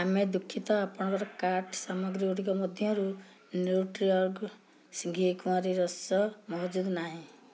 ଆମେ ଦୁଃଖିତ ଆପଣଙ୍କର କାର୍ଟ୍ ସାମଗ୍ରୀ ଗୁଡ଼ିକ ମଧ୍ୟରୁ ନ୍ୟୁଟ୍ରି ଅର୍ଗ ଘିକୁଆଁରୀ ରସ ମହଜୁଦ ନାହିଁ